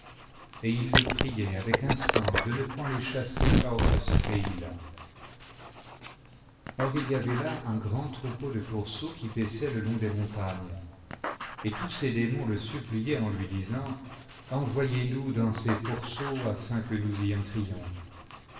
et il le priait avec instance de ne point les chasser hors de ce pays-là or il y avait là un grand troupeau de pourceaux qui paissaient le long des montagnes et tous ces démons le suppliaient en lui disant envoyez nous dans ces pourceaux afin que nous y entrions